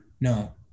No